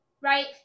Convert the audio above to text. right